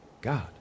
God